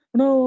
no